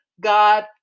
God